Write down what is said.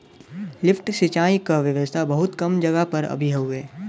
lift सिंचाई क व्यवस्था बहुत कम जगह पर अभी हउवे